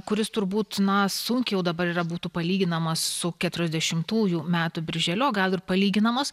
kuris turbūt na sunkiai jau dabar yra būtų palyginamas su keturiasdešimtųjų metų birželiu o gal ir palyginamas